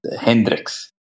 Hendrix